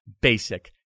basic